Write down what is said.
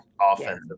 offensive